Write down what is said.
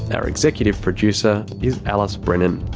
and our executive producer is alice brennan.